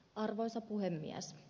arvoisa puhemies